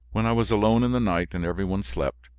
when i was alone in the night and every one slept,